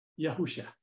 Yahusha